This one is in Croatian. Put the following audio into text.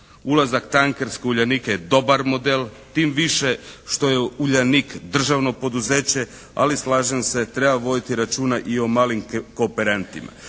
razumije./ … Uljanika je dobar model tim više što je "Uljanik" državno poduzeće ali slažem se treba voditi računa i o malim kooperantima.